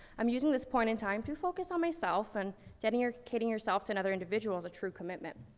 i'm using this point in time to focus on myself, and dedicating yourself to another individual is a true commitment.